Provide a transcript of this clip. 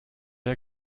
der